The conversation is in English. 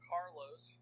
Carlos